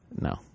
No